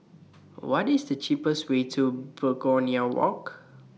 What IS The cheapest Way to Pegonia Walk